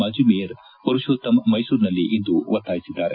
ಮಾಜಿ ಮೇಯರ್ ಪುರುಷೋತ್ತಮ್ ಮೈಸೂರಿನಲ್ಲಿಂದು ಒತ್ತಾಯಿಸಿದ್ದಾರೆ